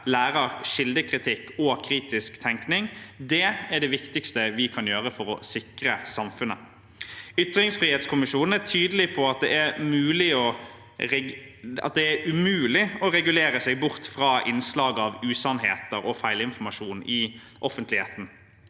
lærer kildekritikk og kritisk tenkning, er det viktigste vi kan ha for å sikre samfunnet. Ytringsfrihetskommisjonen er tydelig på at det er umulig å regulere seg bort fra innslag av usannheter og feilinformasjon i offentligheten.